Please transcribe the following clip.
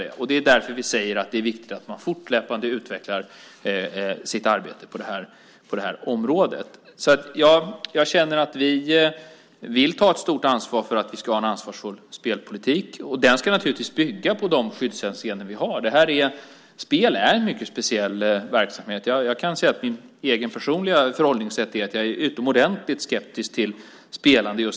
Det är därför vi säger att det är viktigt att fortlöpande utveckla arbetet på det här området. Vi vill ta ett stort ansvar för att vi ska ha en ansvarsfull spelpolitik, och den ska naturligtvis bygga på de skyddshänseenden som vi har. Spel är en mycket speciell verksamhet. Jag kan säga att mitt eget personliga förhållningssätt är att jag är utomordentligt skeptisk till spelande.